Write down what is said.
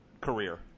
career